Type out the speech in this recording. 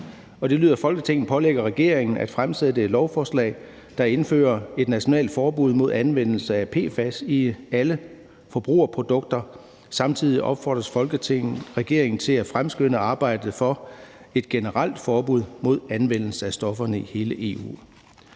Det lyder: Folketinget pålægger regeringen at fremsætte et lovforslag, der indfører et nationalt forbud mod anvendelse af PFAS i alle forbrugerprodukter. Samtidig opfordrer Folketinget regeringen til at fremskynde arbejdet for et generelt forbud mod anvendelse af stofferne i hele EU.